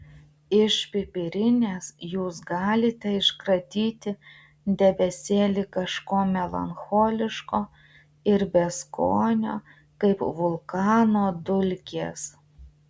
iš pipirinės jūs galite iškratyti debesėlį kažko melancholiško ir beskonio kaip vulkano dulkės